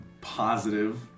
positive